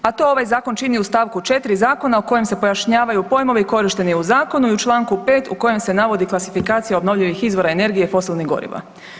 A to ovaj zakon čini u stavku 4. zakona u kojem se pojašnjavaju pojmovi korišteni u zakonu i u Članku 5. u kojem se navodi klasifikacija obnovljivih izvora energije i fosilnih goriva.